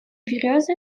березы